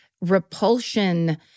repulsion